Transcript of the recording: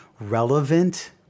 relevant